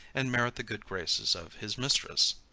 and merit the good graces of his mistress.